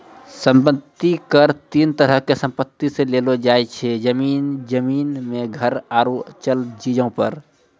सम्पति कर तीन तरहो के संपत्ति से लेलो जाय छै, जमीन, जमीन मे घर आरु चल चीजो पे